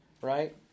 Right